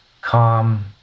calm